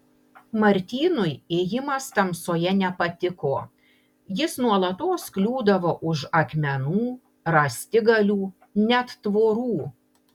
martynui ėjimas tamsoje nepatiko jis nuolatos kliūdavo už akmenų rąstigalių net tvorų